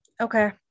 Okay